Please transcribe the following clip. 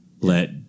let